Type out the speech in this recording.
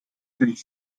sich